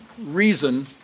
reason